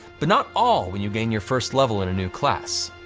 but not all when you gain your first level in a new class.